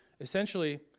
Essentially